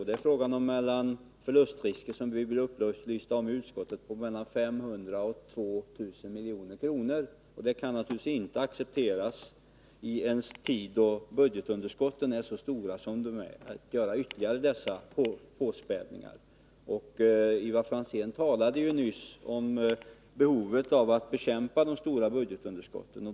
Vi blev i utskottet upplysta om att det kan bli fråga om förluster på mellan 500 och 2000 miljoner. Det kan naturligtvis inte accepteras att man i en tid då budgetunderskotten är så stora som de är gör ytterligare påspädningar. Ivar Franzén talade nyss om behovet av att bekämpa de stora budgetunderskotten.